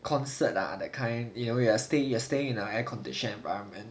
concert lah that kind you know you are still still in a air conditioned environment